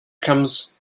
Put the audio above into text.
comes